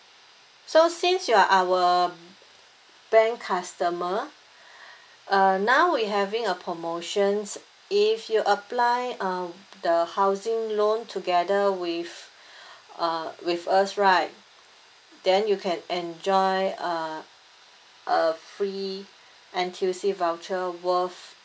so since you are our bank customer uh now we having a promotion if you apply um the housing loan together with uh with us right then you can enjoy uh a free N_T_U_C voucher worth